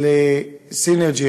של סינרג'י,